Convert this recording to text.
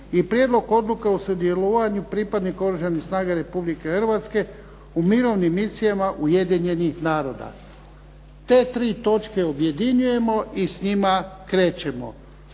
- Prijedlog odluke o sudjelovanju pripadnika Oružanih snaga Republike Hrvatske u mirovnim misijama Ujedinjenih naroda. Te 3 točke objedinjujemo i s njima krećemo.